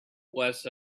was